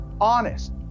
honest